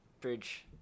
bridge